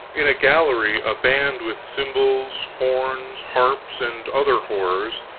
in a gallery a band with cymbals, horns, harps, and other horrors,